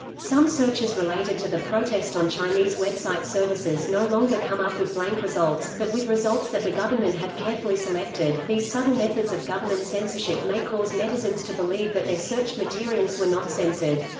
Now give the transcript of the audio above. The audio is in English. some searches related to the protest on chinese website services no longer come up with blank results, but with results that the government had carefully selected. these subtle methods of government censorship may cause netizens to believe that their searched materials were not censored.